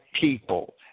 people